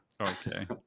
okay